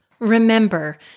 Remember